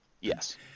Yes